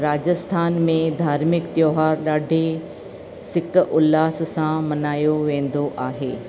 राजस्थान में धार्मिक त्योहार ॾाढे सिक उल्हास सां मनायो वेंदो आहे